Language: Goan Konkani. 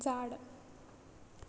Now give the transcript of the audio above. जाड